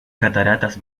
cataratas